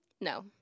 no